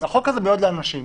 החוק הזה מיועד לאנשים.